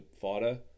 fighter